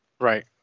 Right